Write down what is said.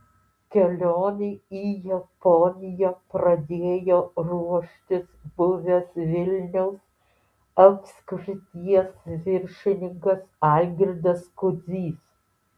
kelionei į japoniją pradėjo ruoštis buvęs vilniaus apskrities viršininkas algirdas kudzys